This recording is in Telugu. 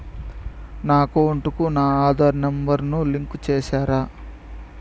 నా అకౌంట్ కు నా ఆధార్ నెంబర్ ను లింకు చేసారా